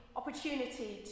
opportunity